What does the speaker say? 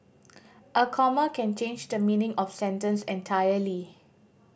a comma can change the meaning of sentence entirely